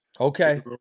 Okay